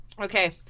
Okay